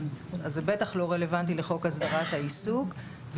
אז זה בטח לא רלוונטי לחוק הסדרת העיסוק.